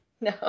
No